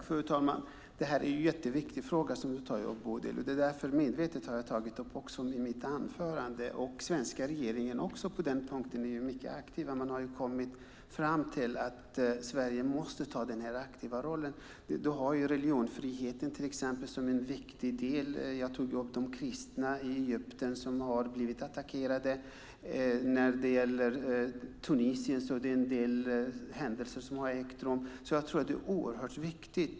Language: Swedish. Fru talman! Det är en jätteviktig fråga som Bodil tar upp. Jag har medvetet tagit upp den även i mitt anförande. Den svenska regeringen är också mycket aktiv på den punkten. Man har kommit fram till att Sverige måste ta den aktiva rollen. Det gäller till exempel religionsfriheten som en viktig del. Jag nämnde de kristna i Egypten, som har blivit attackerade. I Tunisien har en del händelser ägt rum. Jag tror att det är oerhört viktigt.